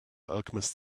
alchemist